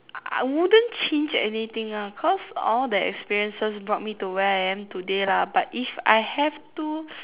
I I wouldn't change anything lah cause all the experiences brought me to where I am today lah but if I have to